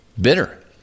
bitter